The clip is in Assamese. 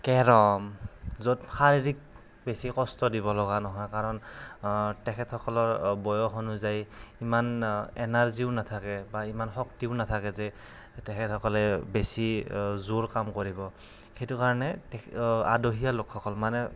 কেৰম য'ত শাৰীৰিক বেছি কষ্ট দিব লগা নহয় কাৰণ তেখেতসকলৰ বয়স অনুযায়ী ইমান এনাৰ্জীও নাথাকে বা ইমান শক্তিও নাথাকে যে তেখেতসকলে বেছি জোৰ কাম কৰিব সেইটো কাৰণে আদহীয়া লোকসকল মানে